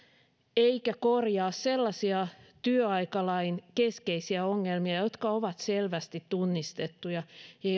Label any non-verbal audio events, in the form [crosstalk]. eikä korjaa sellaisia työaikalain keskeisiä ongelmia jotka ovat selvästi tunnistettuja ja [unintelligible]